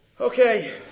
Okay